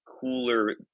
cooler